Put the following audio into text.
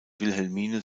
wilhelmine